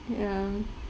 ya